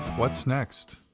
what's next?